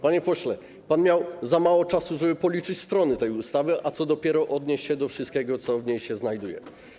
Panie pośle, pan miał za mało czasu, żeby policzyć strony tej ustawy, a co dopiero odnieść się do wszystkiego, co w niej się znajduje.